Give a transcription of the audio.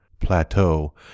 plateau